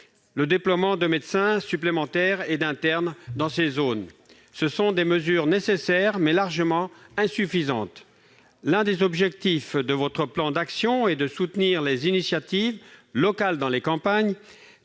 le déploiement de médecins supplémentaires et d'internes dans ces zones. Ce sont des mesures nécessaires, mais largement insuffisantes. L'un des objectifs de votre plan d'action est de soutenir les initiatives locales dans les campagnes.